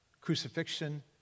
crucifixion